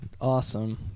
Awesome